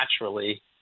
naturally